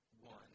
one